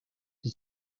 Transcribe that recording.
his